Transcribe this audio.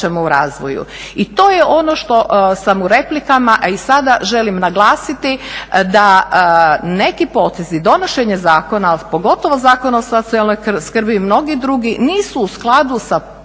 I to je ono što sam u replikama, a i sada želim naglasiti da neki potezi donošenja zakona, pogotovo Zakona o socijalnoj skrbi, mnogi drugi nisu u skladu sa socijalnom